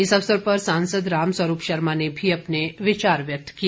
इस अवसर पर सांसद राम स्वरूप शर्मा ने भी अपने विचार व्यक्त किए